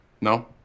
No